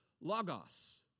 logos